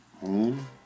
home